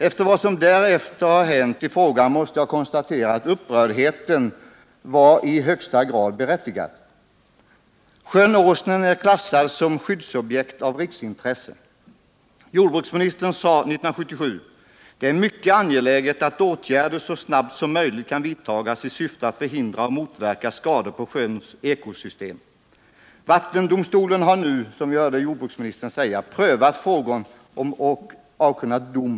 Efter vad som därefter har hänt i frågan måste jag konstatera att upprördheten i högsta grad var berättigad. Sjön Åsnen är klassad som skyddsobjekt av riksintresse. Jordbruksministern sade 1977: ”Det är mycket angeläget att åtgärder så snabbt som möjligt kan vidtas i syfte att förhindra och motverka skador på sjöns ekosystem.” Vattendomstolen har nu, som vi hörde jordbruksministern säga, prövat frågan och avkunnat dom.